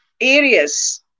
areas